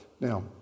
Now